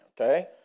okay